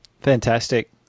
Fantastic